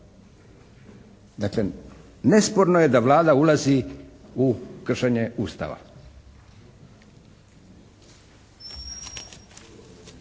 Dakle, nesporno je da Vlada ulazi u kršenje Ustava,